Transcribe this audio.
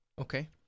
Okay